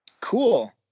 Cool